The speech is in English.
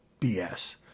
BS